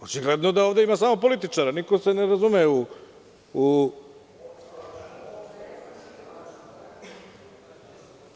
Očigledno je da ovde ima samo političara i niko se ne razume u to.